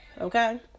Okay